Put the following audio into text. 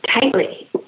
tightly